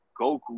Goku